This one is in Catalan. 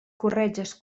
corretges